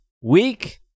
week